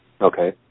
Okay